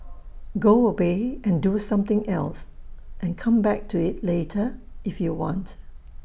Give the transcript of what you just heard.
go away and do something else and come back to IT later if you want